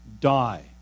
die